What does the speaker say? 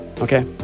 Okay